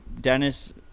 Dennis